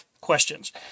questions